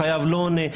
החייב לא עונה,